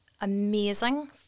amazing